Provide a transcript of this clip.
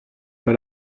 pas